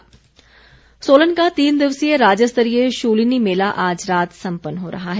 शुलिनी मेला सोलन का तीन दिवसीय राज्यस्तरीय शूलिनी मेला आज रात सम्पन्न हो रहा है